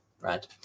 right